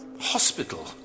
hospital